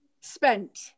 spent